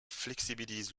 flexibilise